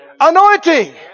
anointing